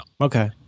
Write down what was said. Okay